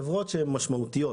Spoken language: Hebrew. חברות שהן משמעותיות,